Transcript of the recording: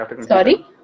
Sorry